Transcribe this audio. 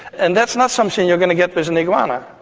and that's not something you're going to get with an iguana.